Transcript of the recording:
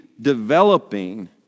developing